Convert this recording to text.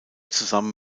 zusammen